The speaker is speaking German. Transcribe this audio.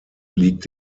liegt